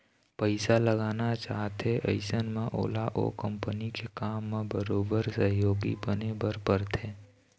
पइसा लगाना चाहथे अइसन म ओला ओ कंपनी के काम म बरोबर सहयोगी बने बर परथे